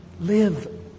Live